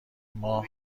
ماه